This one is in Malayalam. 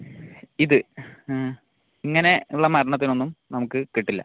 ഇത് ഇങ്ങനെയുള്ള മരണത്തിനൊന്നും നമുക്ക് കിട്ടില്ല